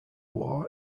war